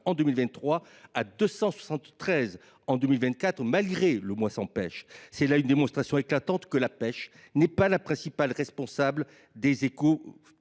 en 2023 à 273 en 2024, malgré le mois sans pêche. C’est là la démonstration éclatante que la pêche n’est pas la principale responsable des échouages.